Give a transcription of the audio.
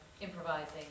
improvising